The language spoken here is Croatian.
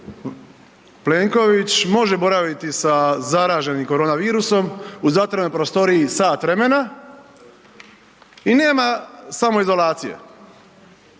Plenković može boraviti sa zareženim korona virusom u zatvorenoj prostoriji sat vremena i nema samoizolacije.